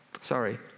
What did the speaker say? sorry